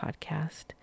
Podcast